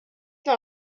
dans